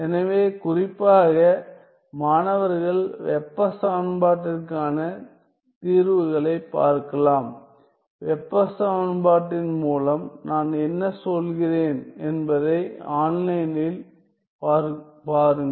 எனவே குறிப்பாக மாணவர்கள் வெப்ப சமன்பாட்டிற்கான தீர்வுகளைப் பார்க்கலாம் வெப்ப சமன்பாட்டின் மூலம் நான் என்ன சொல்கிறேன் என்பதை ஆன்லைனில் பாருங்கள்